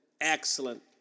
Excellent